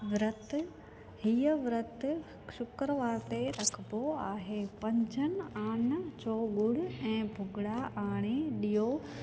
विर्तु हीअं विर्तु त शुक्रवार ते रखिबो आहे पंजनि आने जो ॻुड़ ऐं भुॻिड़ा आणे ॾीओ